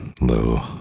low